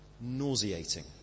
nauseating